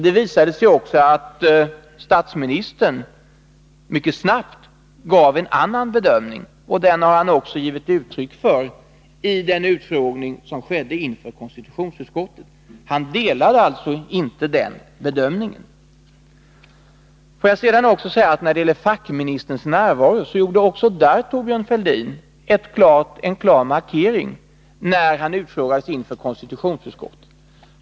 Det visade sig också mycket snabbt att statsministern hade en annan bedömning. Beträffande frågan om fackministerns närvaro vid platsen för ubåtsdramat gjorde Thorbjörn Fälldin också en klar markering vid utfrågningen inför konstitutionsutskottet.